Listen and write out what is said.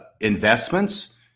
investments